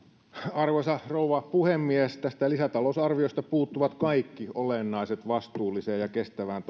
arvoisa rouva puhemies tästä lisätalousarviosta puuttuvat kaikki olennaiset vastuulliseen ja kestävään